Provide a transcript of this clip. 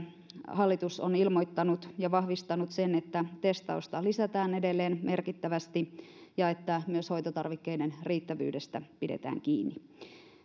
hallitus on ilmoittanut ja vahvistanut sen että testausta lisätään edelleen merkittävästi ja että myös hoitotarvikkeiden riittävyydestä pidetään kiinni